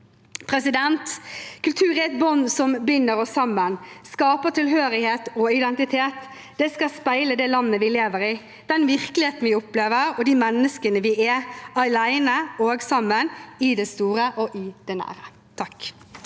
publikum. Kultur er et bånd som binder oss sammen, skaper tilhørighet og identitet. Det skal speile det landet vi lever i, den virkeligheten vi opplever, og de menneskene vi er – alene og sammen, i det store og i det nære.